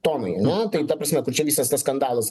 tonai na tai ta prasme tačiau visas tas skandalas